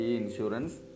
insurance